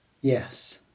Yes